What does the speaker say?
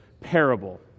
parable